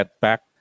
back